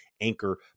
Anchor